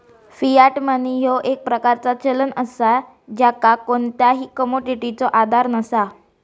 Fiat money ह्यो एक प्रकारचा चलन असा ज्याका कोणताही कमोडिटीचो आधार नसा